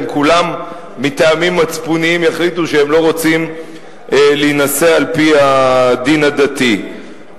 אם כולם מטעמים מצפוניים יחליטו שהם לא רוצים להינשא על-פי הדין הדתי.